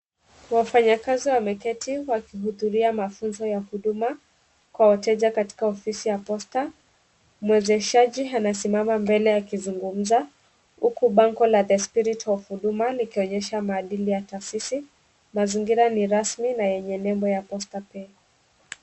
Wafanyakazi wameketi, wakihudhuria mafunzo ya huduma, kwa wateja katika ofisi ya posta, mwezeshaji anasimama mbele ya kizungumza, huku banko la The Spirit of Huduma likionyesha maadili ya taasisi, mazingira ni rasmi na yenye nembo ya posta pay .